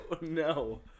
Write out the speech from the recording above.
no